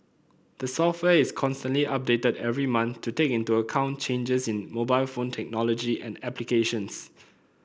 the software is constantly updated every month to take into account changes in mobile phone technology and applications